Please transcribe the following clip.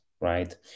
right